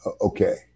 okay